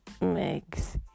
makes